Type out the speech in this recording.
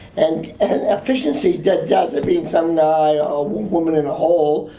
and efficiency doesn't mean some guy or woman in a hole,